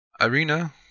Irina